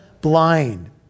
blind